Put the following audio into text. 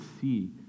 see